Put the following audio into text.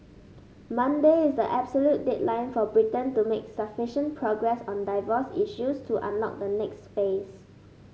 Monday is the absolute deadline for Britain to make progress on divorce issues to unlock the next phase